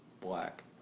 black